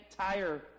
tire